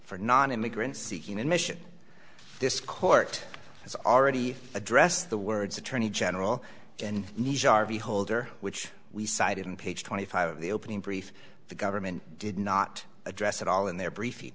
for non immigrants seeking admission this court has already addressed the words attorney general and nice harvey holder which we cited in page twenty five of the opening brief the government did not address at all in their brief